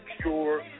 pure